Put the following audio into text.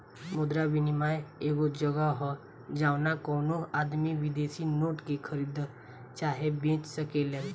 मुद्रा विनियम एगो जगह ह जाहवा कवनो आदमी विदेशी नोट के खरीद चाहे बेच सकेलेन